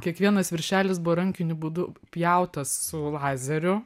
kiekvienas viršelis buvo rankiniu būdu pjautas su lazeriu